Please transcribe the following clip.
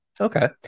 Okay